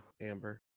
Amber